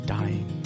dying